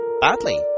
badly